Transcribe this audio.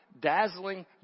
Dazzling